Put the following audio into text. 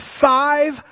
five